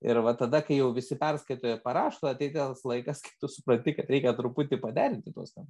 ir va tada kai jau visi perskaito ir parašo tada ateina tas laikas kai tu supranti ką reikia truputį paderinti tos te